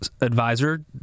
advisor